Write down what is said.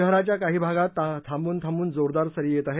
शहराच्या काही भागात थांबून थांबून जोरदार सरी येत आहेत